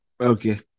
Okay